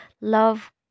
love